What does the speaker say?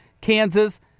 Kansas